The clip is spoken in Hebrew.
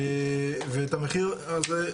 ואת המחיר הזה,